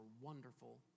wonderful